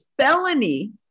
felony